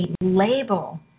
label